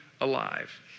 alive